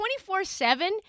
24-7